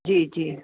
जी जी